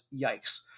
yikes